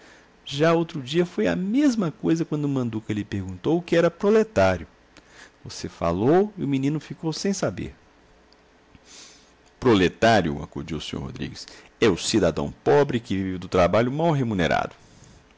já outro dia foi a mesma coisa quando manduca lhe perguntou o que era proletário você falou e o menino ficou sem saber proletário acudiu o senhor rodrigues é o cidadão pobre que vive do trabalho mal remunerado